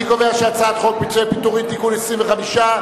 אני קובע שהצעת חוק פיצויי פיטורים (תיקון מס' 25),